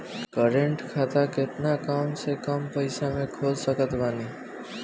Current खाता केतना कम से कम पईसा से खोल सकत बानी?